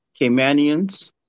Caymanians